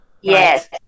Yes